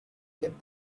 get